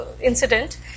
incident